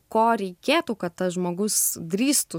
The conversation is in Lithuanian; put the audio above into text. ko reikėtų kad tas žmogus drįstų